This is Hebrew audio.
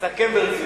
תצטרך לסכם ברצינות.